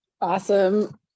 Awesome